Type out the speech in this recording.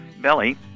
belly